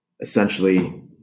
essentially